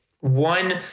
one